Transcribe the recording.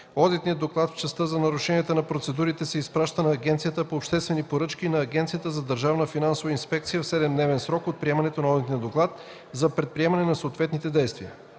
одитният доклад в частта за нарушенията на процедурите се изпраща на Агенцията по обществени поръчки и на Агенцията за държавна финансова инспекция в 7-дневен срок от приемането на одитния доклад, за предприемане на съответните действия.